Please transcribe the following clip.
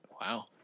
Wow